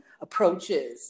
approaches